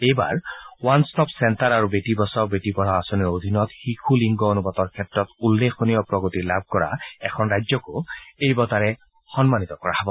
এইবাৰ one stop centre আৰু বেটী বাচাও বেটী পঢ়াও আঁচনিৰ অধীনত শিশু লিংগ অনুপাতৰ ক্ষেত্ৰত উল্লেখনীয় প্ৰগতি লাভ কৰা এখন ৰাজ্যকো এই বঁটাৰে সন্মানিত কৰা হ'ব